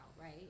right